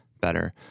better